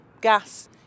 gas